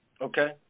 Okay